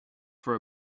for